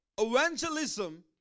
Evangelism